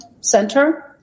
center